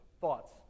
Thoughts